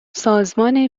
سازمان